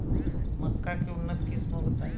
मक्का के उन्नत किस्म बताई?